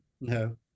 No